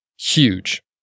huge